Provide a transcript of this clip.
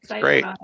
Great